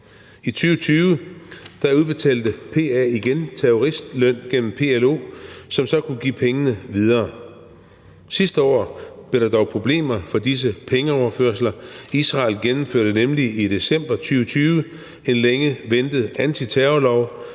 I 2020 udbetalte PA igen terroristløn gennem PLO, som så kunne give pengene videre. Sidste år blev der dog problemer for disse pengeoverførsler. Israel gennemførte nemlig i december 2020 en længe ventet antiterrorlov,